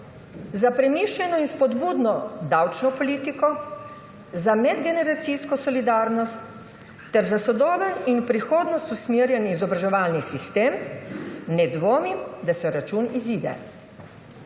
za premišljeno in spodbudno davčno politiko, za medgeneracijsko solidarnost ter za sodoben, v prihodnost usmerjen izobraževalni sistem ne dvomim, da se račun izide.